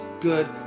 good